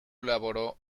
elaboró